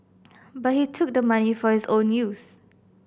but he took the money for his own use